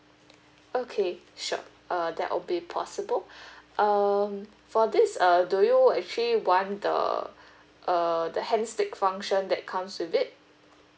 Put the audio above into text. okay sure uh that will be possible um for this uh do you actually want the uh the hand stick function that comes with it